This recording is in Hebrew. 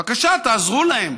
בבקשה, תעזרו להם,